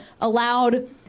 allowed